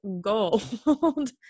gold